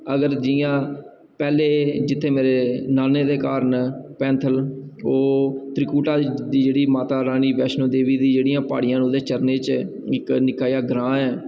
अगर जि'यां पैह्ले एह् जित्थै मेरे नान्ने दे घर न पैंथल त्रिकुटा जेह्ड़ी माता रानी बैश्नो देवी दी जेह्ड़ियां प्हाड़ियां न ओह्दे चरणें च निक्का जेहा ग्रांऽ ऐ